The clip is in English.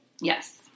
Yes